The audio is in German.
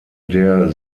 der